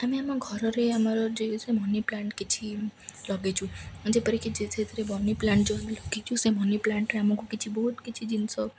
ଆମେ ଆମ ଘରରେ ଆମର ଯେଉଁ ମନି ପ୍ଲାଣ୍ଟ୍ କିଛି ଲଗେଇଛୁ ଯେପରିକି ଯେ ସେଥିରେ ମନି ପ୍ଲାଣ୍ଟ୍ ଯୋଉ ଆମେ ଲଗେଇଛୁ ସେ ମନି ପ୍ଲାଣ୍ଟ୍ରେ ଆମକୁ କିଛି ବହୁତ କିଛି ଜିନିଷ